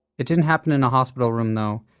it didn't happen in a hospital room though,